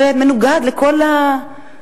זה הרי מנוגד לכל התקנות,